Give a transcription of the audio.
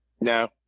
No